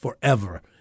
Forever